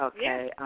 Okay